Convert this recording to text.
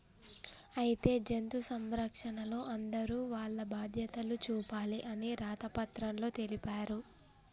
అయితే జంతు సంరక్షణలో అందరూ వాల్ల బాధ్యతలు చూపాలి అని రాత పత్రంలో తెలిపారు